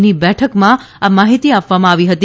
ની બેઠકમાં આ માહિતી આપવામાં આવી હતી